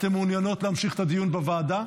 אתן מעוניינות להמשיך את הדיון בוועדה?